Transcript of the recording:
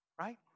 right